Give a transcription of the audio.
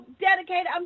dedicated